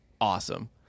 awesome